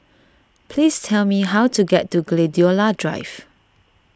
please tell me how to get to Gladiola Drive